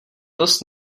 dost